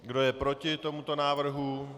Kdo je proti tomuto návrhu?